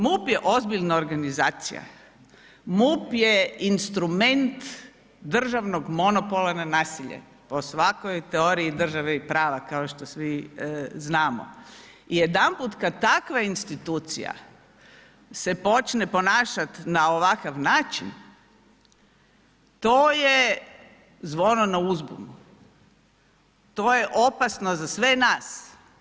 MUP je ozbiljna organizacija, MUP je instrument državnog monopola na nasilje po svakoj teorije države i prava kao što svi znamo i jedanput kada se takva institucija počne ponašati na ovakav način, to je zvono na uzbunu, to je opasno za sve nas.